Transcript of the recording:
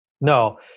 No